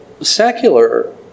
secular